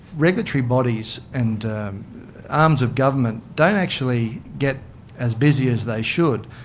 regulatory bodies and arms of government don't actually get as busy as they should,